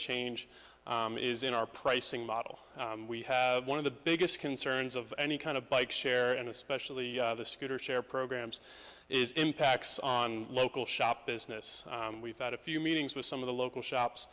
change is in our pricing model we have one of the biggest concerns of any kind of bike share and especially the scooter share programs is impacts on local shop business we've had a few meetings with some of the local shops